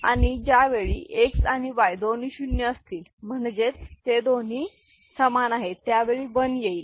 आणि ज्यावेळी X आणि Y दोन्ही शुन्य असतील म्हणजेच ते दोन्ही समान आहेत त्या वेळी 1 येईल